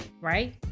right